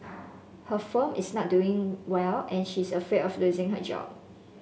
her firm is not doing well and she is afraid of losing her job